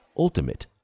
Ultimate